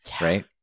Right